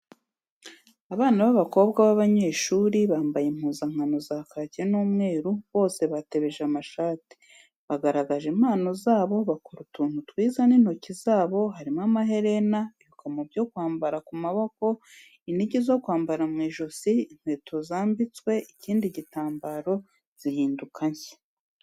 Abana b'abakobwa b'abanyeshuri mbambaye impuzankano za kaki n'umweru bose batebeje amashati, bagaragaje impano zabo, bakora utuntu twiza n'intoki zabo, harimo amaherena, ibikomo byo kwambara ku maboko, inigi zo kwambara mu ijosi, inkweto zambitswe ikindi gitambaro zihinduka nshya.